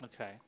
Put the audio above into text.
Okay